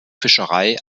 fischerei